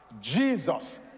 Jesus